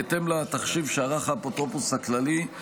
בהתאם לתחשיב שערך האפוטרופוס הכללי,